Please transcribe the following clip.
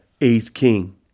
Ace-king